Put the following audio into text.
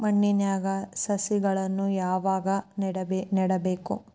ಮಣ್ಣಿನ್ಯಾಗ್ ಸಸಿಗಳನ್ನ ಯಾವಾಗ ನೆಡಬೇಕು?